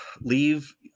leave